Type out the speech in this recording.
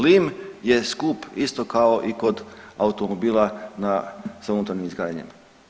Lim je skup isto kao i kod automobila na, sa unutarnjim izgaranjem.